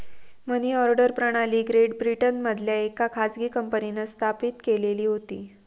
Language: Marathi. मनी ऑर्डर प्रणाली ग्रेट ब्रिटनमधल्या येका खाजगी कंपनींन स्थापित केलेली होती